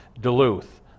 Duluth